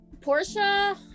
Portia